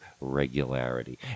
regularity